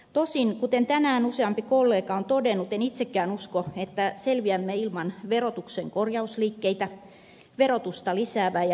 tosin kuten tänään useampi kollegakin on todennut en itsekään usko että selviämme ilman verotuksen korjausliikkeitä verotusta lisäävään ja napakoittavaan suuntaan